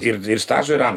ir ir stažo ir am